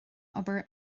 obair